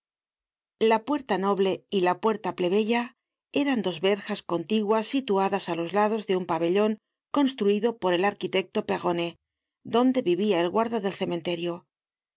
la puerta noble y la puerta plebeya eran dos verjas contiguas situadas á los lados de un pabellon construido por el arquitecto perronet donde vivia el guarda del cementerio